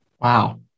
Wow